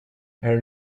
her